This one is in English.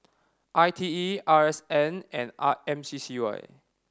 I T E R S N and R M C C Y